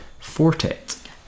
Fortet